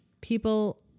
people